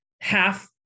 half